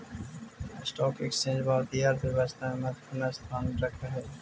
stock exchange भारतीय अर्थव्यवस्था में महत्वपूर्ण स्थान रखऽ हई